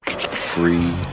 Free